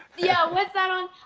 yeah, what's that on?